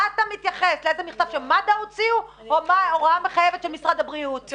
אתה מתייחס לאיזה מכתב של מד"א או להוראה מחייבת של משרד הבריאות?